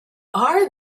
are